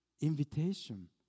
invitation